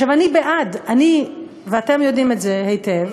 עכשיו, אני בעד, ואתם יודעים את זה היטב,